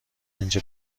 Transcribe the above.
اینجا